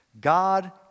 God